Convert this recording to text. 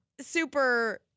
super